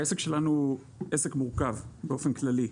העסק שלנו הוא עסק מורכב באופן כללי,